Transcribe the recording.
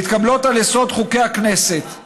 המתקבלות על יסוד חוקי הכנסת.